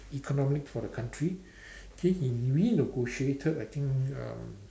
economic for the country K he renegotiated I think um